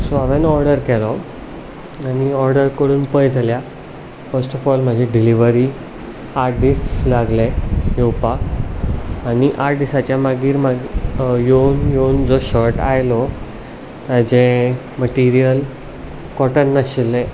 so हांवेन order केलो आनी ऑर्डर करून पय जाल्यार फर्स्ट ऑफ ऑल म्हाजे डिलिव्हरीक आठ दीस लागले येवपाक आनी आठ दिसाचे मागीर मागीर येवून येवून जो शर्ट आयलो ताचें मटिरियल कॉटन नाशिल्लें